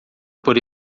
por